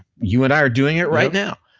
you and i are doing it right now.